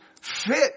fit